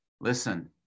Listen